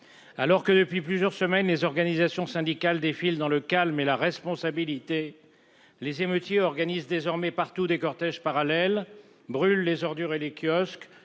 Alors que depuis plusieurs semaines, les organisations syndicales défilent dans le calme et la responsabilité. Les émeutiers organise désormais partout des cortèges parallèle brûle les ordures et les kiosques